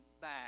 back